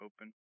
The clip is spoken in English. open